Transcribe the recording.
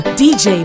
dj